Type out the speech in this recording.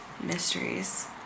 mysteries